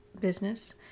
business